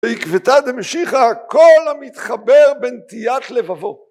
ועקבתא דמשיחא כל המתחבר בנטיית לבבו